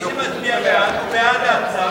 מי שיצביע בעד הצו